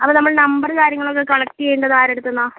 അപ്പോൾ നമ്മൾ നമ്പറ് കാര്യങ്ങളൊക്കെ കളക്ട് ചെയ്യേണ്ടത് ആരുടെ അടുത്തൂന്നാണ്